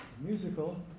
musical